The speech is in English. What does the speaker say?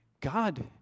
God